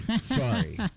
Sorry